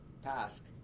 task